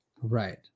right